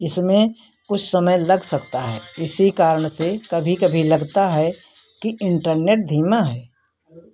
इसमें कुछ समय लग सकता है इसी कारण से कभी कभी लगता है कि इन्टरनेट धीमा है